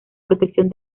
protección